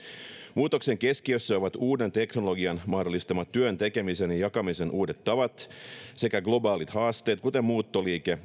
muutoksen keskiössä ovat uuden teknologian mahdollistama työn tekemisen ja ja jakamisen uudet tavat sekä globaalit haasteet kuten muuttoliike